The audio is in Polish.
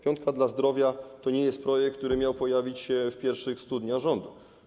Piątka dla zdrowia” to nie jest projekt, który miał pojawić się w pierwszych 100 dniach rządu.